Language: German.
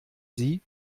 sie